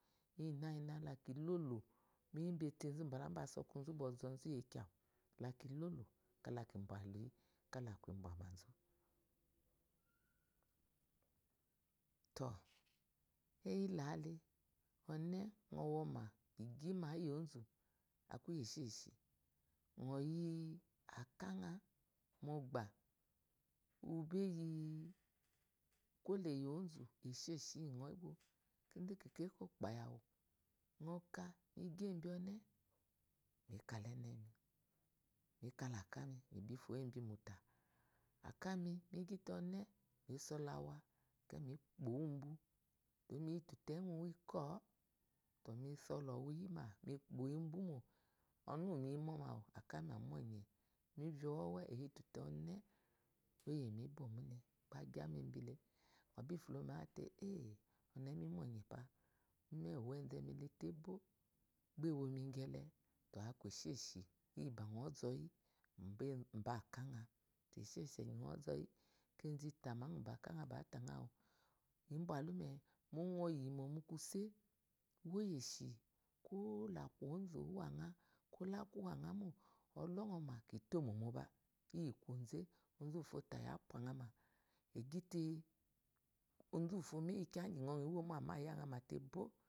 Ba ibonɔ lá esheshi enlile etewu olu egyi báwuma ibama ba aba ku iya koze leŋa mo ozu nɔ bi shimi ebi ma nɔ bwa mi ma mo nɔ shi mi ebi ma mi ma. oye moba dummin ozu eqyi iyi kwoze bá bwa ozu mole nɔ bwawumá gyi ebi ká shi wu kalá ewó ba akú esheshi iyi ozu le